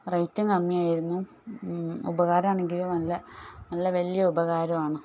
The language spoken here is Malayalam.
റേറ്റും കമ്മിയായിരുന്നു ഉപകാരമാണെങ്കിലും നല്ല നല്ല വലിയ ഉപകാരവും ആണ്